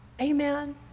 Amen